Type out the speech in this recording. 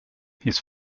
his